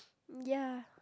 ya